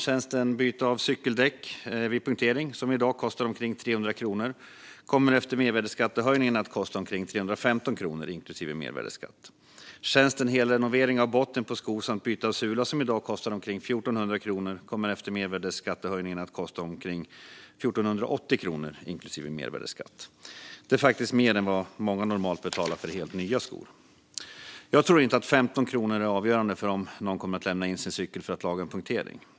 Tjänsten byte av cykeldäck vid punktering som i dag kostar omkring 300 kronor kommer efter mervärdesskattehöjningen att kosta omkring 315 kronor inklusive mervärdesskatt. Tjänsten helrenovering av botten på sko samt byte av sula som i dag kostar omkring 1 400 kronor kommer efter mervärdesskattehöjningen att kosta omkring 1 480 kronor inklusive mervärdesskatt, vilket är mer än vad många normalt betalar för helt nya skor. Jag tror inte att 15 kronor är avgörande för om någon kommer att lämna in sin cykel för att laga en punktering.